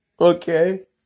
Okay